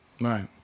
Right